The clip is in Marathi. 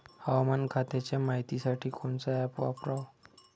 हवामान खात्याच्या मायतीसाठी कोनचं ॲप वापराव?